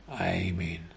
Amen